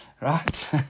Right